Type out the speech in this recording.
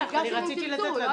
בטח, אני רציתי לתת לה, דרך אגב.